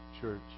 church